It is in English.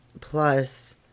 plus